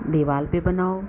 दीवार पर बनाओ